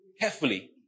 carefully